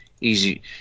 easy